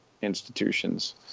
institutions